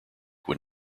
when